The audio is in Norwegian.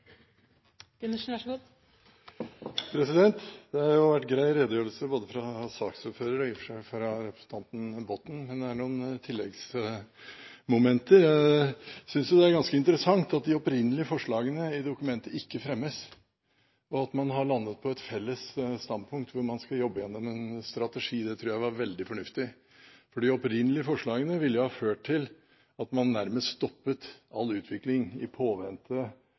Botten, men det er noen tilleggsmomenter. Jeg synes det er ganske interessant at de opprinnelige forslagene i dokumentet ikke fremmes, og at man har landet på et felles standpunkt om at man skal jobbe gjennom en strategi. Det tror jeg var veldig fornuftig. For de opprinnelige forslagene ville jo ha ført til at man nærmest stoppet all utvikling i påvente